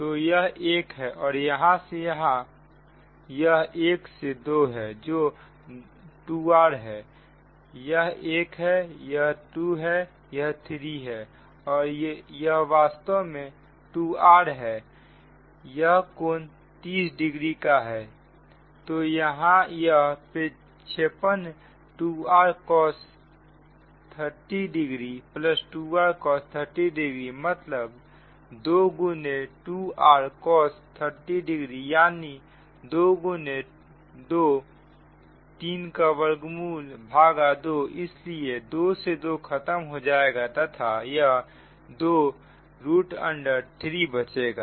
तो यह एक है और यहां से यहां यह 1 से 2 है जो 2r है यह 1 है ये 2 है यह 3 है और यह वास्तव में 2r है यह कोण 30 डिग्री का है तो यहां यह प्रक्षेपण 2r cos 30 2r cos 30 मतलब 2 गुने 2r cos 30 यानी 2 x 2 3 का वर्गमूल भागा 2 इसलिए 2 से 2 खत्म हो जाएगा तथा यह 23बचेगा